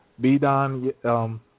B-Don